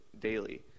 daily